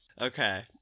Okay